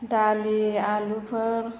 दालि आलुफोर